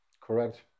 Correct